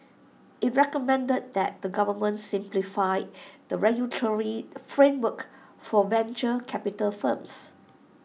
IT recommended that the government simplify the regulatory framework for venture capital firms